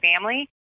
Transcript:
family